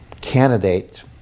candidate